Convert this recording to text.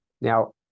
Now